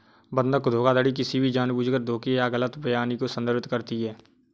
बंधक धोखाधड़ी किसी भी जानबूझकर धोखे या गलत बयानी को संदर्भित करती है